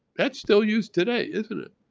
that's still used today isn't it?